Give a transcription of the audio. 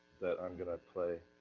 that i'm gonna play.